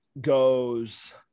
goes